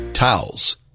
Towels